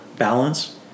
balance